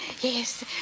Yes